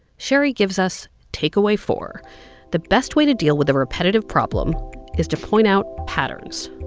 sherry gives us takeaway four the best way to deal with a repetitive problem is to point out patterns